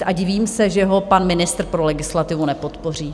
A divím se, že ho pan ministr pro legislativu nepodpoří.